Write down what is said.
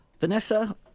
Vanessa